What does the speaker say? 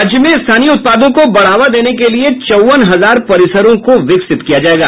राज्य में स्थानीय उत्पादों को बढ़ावा देने के लिये चौवन हजार परिसरों को विकसित किया जायेगा